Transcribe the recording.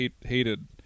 hated